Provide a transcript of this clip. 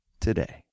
today